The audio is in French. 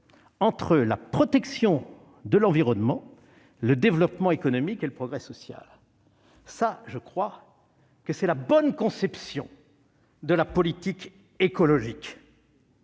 entre la protection de l'environnement, le développement économique et le progrès social. Je crois que c'est la bonne conception de la politique écologique.